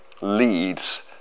leads